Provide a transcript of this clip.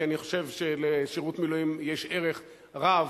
כי אני חושב שלשירות מילואים יש ערך רב,